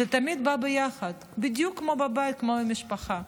זה תמיד בא ביחד, בדיוק כמו בבית, כמו במשפחה.